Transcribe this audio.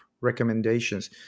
recommendations